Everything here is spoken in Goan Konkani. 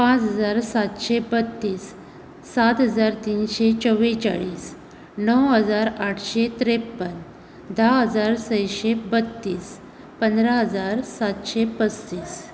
पांच हजार सातशें बत्तीस सात हजार तिनशें चोवेचाळीस णव हजारआठशें त्रेपन धा हजार सयशें बत्तीस पंदरा हजार सातशें पसतीस